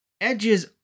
Edge's